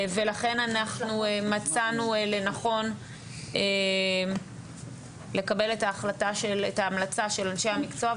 ולכן אנחנו מצאנו לנכון לקבל את ההמלצה של אנשי המקצוע,